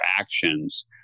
actions